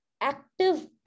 active